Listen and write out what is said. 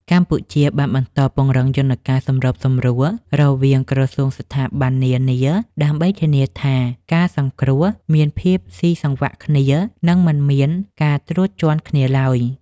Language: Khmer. កម្ពុជាបានបន្តពង្រឹងយន្តការសម្របសម្រួលរវាងក្រសួងស្ថាប័ននានា ដើម្បីធានាថាការងារសង្គ្រោះមានភាពស៊ីសង្វាក់គ្នា និងមិនមានការត្រួតជាន់គ្នាឡើយ។